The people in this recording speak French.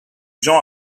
gens